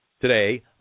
Today